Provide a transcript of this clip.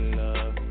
love